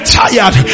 tired